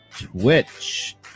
twitch